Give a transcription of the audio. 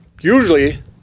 usually